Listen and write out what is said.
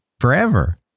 forever